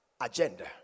agenda